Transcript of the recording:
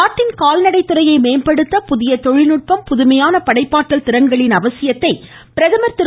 நாட்டின் கால்நடை துறையை மேம்படுத்த புதிய தொழில்நுட்பம் புதுமையான படைப்பாற்றல் திறன்களின் அவசியத்தை பிரதமர் திரு